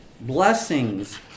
blessings